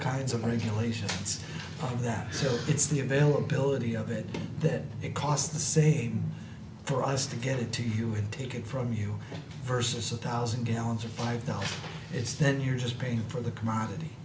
kinds of regulations that it's the availability of it that it costs the same for us to get it to you when taken from you versus a thousand gallons or five dollars it's then you're just paying for the commodity